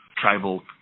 tribal